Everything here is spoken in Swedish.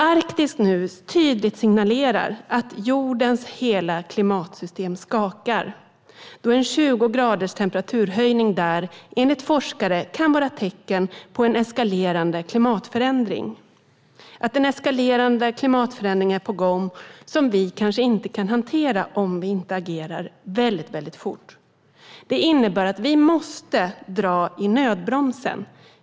Arktis signalerar nu tydligt att jordens hela klimatsystem knakar. En temperaturhöjning om 20 grader där kan enligt forskare vara tecken på att en eskalerande klimatförändring är på gång - en förändring vi kanske inte kan hantera om vi inte agerar väldigt fort. Det innebär att vi måste dra i nödbromsen.